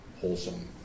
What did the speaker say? wholesome